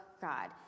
God